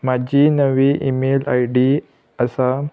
म्हाजी नवी email I D आसा